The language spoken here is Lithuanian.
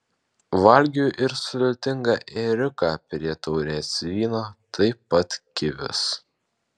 valgiau ir sultingą ėriuką prie taurės vyno taip pat kivius